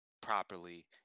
properly